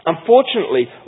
Unfortunately